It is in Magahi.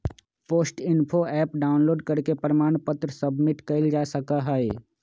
पोस्ट इन्फो ऍप डाउनलोड करके प्रमाण पत्र सबमिट कइल जा सका हई